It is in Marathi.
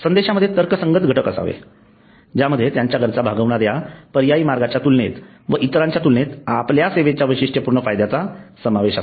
संदेशामध्ये तर्कसंगत घटक असावे ज्यामध्ये त्यांच्या गरजा भागविणाऱ्या पर्यायी मार्गांच्या तुलनेत व इतरांच्या तुलनेत आपल्या सेवेच्या वैशिष्ठपूर्ण फायद्याचा समावेश असावा